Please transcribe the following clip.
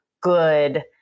good